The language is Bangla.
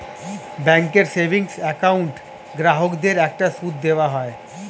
ব্যাঙ্কের সেভিংস অ্যাকাউন্ট গ্রাহকদের একটা সুদ দেওয়া হয়